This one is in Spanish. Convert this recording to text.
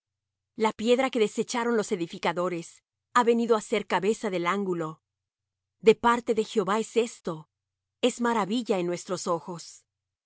la piedra que desecharon los edificadores ha venido á ser cabeza del ángulo de parte de jehová es esto es maravilla en nuestros ojos